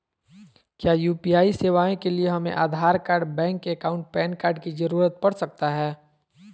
क्या यू.पी.आई सेवाएं के लिए हमें Aadhaar card bank account PAN card की जरूरत पड़ सकता है?